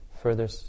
further